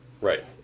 Right